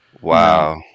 Wow